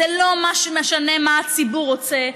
לא משנה מה הציבור רוצה,